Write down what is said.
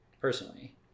Personally